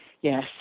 yes